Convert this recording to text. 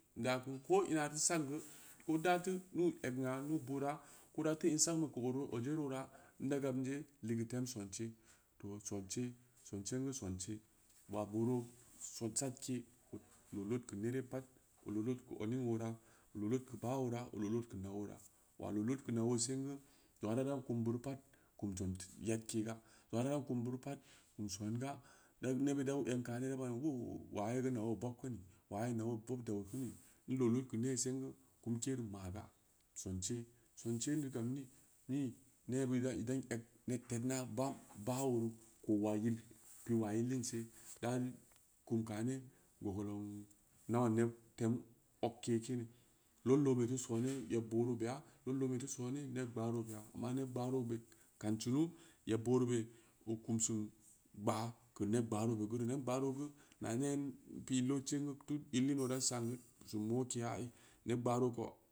Daa ku, ko ina teu sangeu ko da twu nuu egnna nuu- boora, ko da teu in sagn geu odjed oora, da gabmije ligeu tam sonse, to sense, sonsingu sonse waa ɓenreu son sdke oo loo lod keu neree pad, oo loo lod keu odning oora, oo loo lod keu baa oora, oo loo lod keu na’ oora, waa loo lod keu na’oo sengu, zengna daran kum bureu pad, kum songa neɓɓid dau egn kaani da ban oooo waa yee geu na’ooo bod keuni? Waa yee geu na’oo bob keuni? Waa yee geu na’oo bob dau kini? N loo lod keu nee singeu kumke reu maga sonse, sonsen ni gam nii? Nii neebid idan egn nee tedna bam baa ooreu ko’ waa yil, pi waa in liin see, da kum kam kanni wobuloong, no ohed tem ogke kini, lod loonbe teu sooni yeb beureu beya, lod loonbe teu sooni ned abaaro beya, amma ned gbaaro beu kam sunu yeb beaureu be oo kum sin gbaa keu ned gbaaro beu geure, ned gbaaro geu nan aa kee n pi’ lodsingu keu in lin oodan sangeu kum sin mokeya ai ned gbaaro ko.